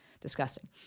disgusting